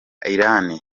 iran